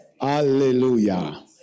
Hallelujah